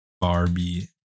Barbie